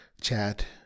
chat